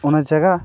ᱚᱱᱟ ᱡᱟᱭᱜᱟ